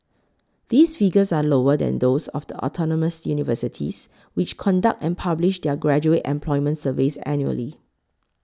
these figures are lower than those of the autonomous universities which conduct and publish their graduate employment surveys annually